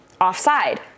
offside